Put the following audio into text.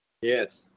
Yes